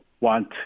want